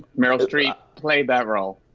meryl streep played that role.